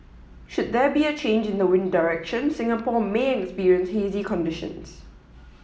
should there be a change in the wind direction Singapore may experience hazy conditions